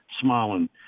smiling